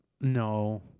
no